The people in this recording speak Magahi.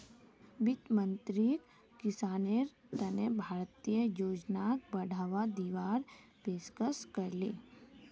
वित्त मंत्रीक किसानेर तने भारतीय योजनाक बढ़ावा दीवार पेशकस करले